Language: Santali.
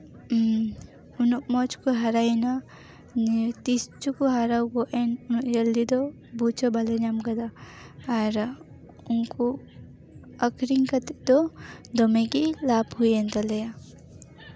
ᱩᱱᱟᱹᱜ ᱢᱚᱡᱽ ᱠᱚ ᱦᱟᱨᱟᱭᱮᱱᱟ ᱱᱤᱭᱟᱹ ᱛᱤᱥ ᱪᱚᱠᱚ ᱦᱟᱨᱟ ᱜᱚᱫ ᱮᱱ ᱩᱱᱟᱹᱜ ᱡᱚᱞᱫᱤ ᱫᱚ ᱵᱩᱡᱽ ᱦᱚᱸ ᱵᱟᱞᱮ ᱧᱟᱢ ᱟᱠᱟᱫᱟ ᱟᱨ ᱩᱱᱠᱩ ᱟᱠᱷᱨᱤᱧ ᱠᱟᱛᱮᱫ ᱫᱚ ᱫᱚᱢᱮᱜᱮ ᱞᱟᱵᱷ ᱦᱩᱭᱮᱱ ᱛᱟᱞᱮᱭᱟ